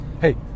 hey